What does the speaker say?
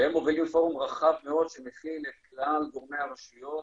והם מובילים פורום רחב מאוד שמכיל את כלל גורמי הרשויות,